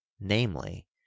namely